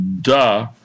duh